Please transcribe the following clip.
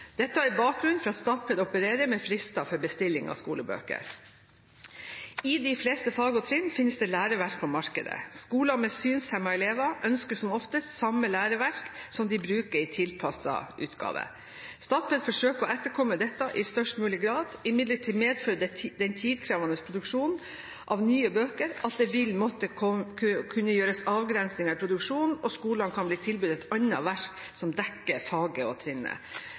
Dette er bakgrunnen for at Statped opererer med frister for bestilling av skolebøker. I de fleste fag og trinn finnes det læreverk på markedet. Skoler med synshemmede elever ønsker som oftest samme læreverk som de bruker i tilpasset utgave. Statped forsøker å etterkomme dette i størst mulig grad. Imidlertid medfører den tidkrevende produksjonen av nye bøker at det vil måtte kunne gjøres avgrensinger i produksjonen, og skolene kan bli tilbudt et annet verk som dekker faget og trinnet.